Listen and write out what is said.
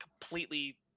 completely